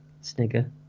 Snigger